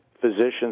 physician's